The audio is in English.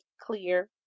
clear